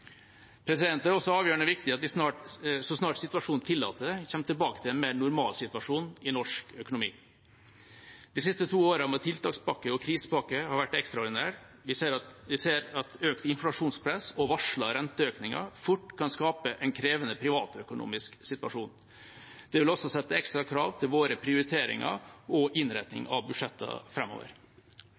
Det er også avgjørende viktig at vi, så snart situasjonen tillater det, kommer tilbake til en mer normalsituasjon i norsk økonomi. De siste to årene med tiltakspakker og krisepakker har vært ekstraordinære. Vi ser at økt inflasjonspress og varslede renteøkninger fort kan skape en krevende privatøkonomisk situasjon. Det vil også sette ekstra krav til våre prioriteringer og innretning av